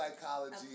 psychology